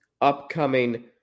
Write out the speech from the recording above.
upcoming